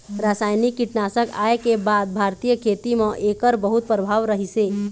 रासायनिक कीटनाशक आए के बाद भारतीय खेती म एकर बहुत प्रभाव रहीसे